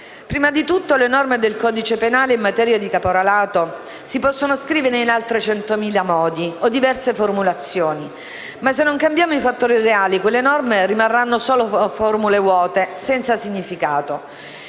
Prima di tutto, le norme del codice penale in materia di caporalato si possono scrivere in altri centomila modi o in diverse formulazioni. Ma, se non cambiamo i fattori reali, quelle norme rimarranno solo formule vuote, senza significato.